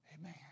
Amen